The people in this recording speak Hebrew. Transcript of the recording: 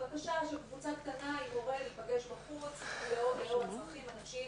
קבוצה קטנה עם מורה להיפגש בחוץ לאור הצרכים הנפשיים,